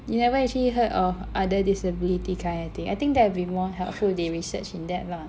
you never actually heard of other disability kind I think that will be more helpful if they research in that lah